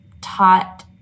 taught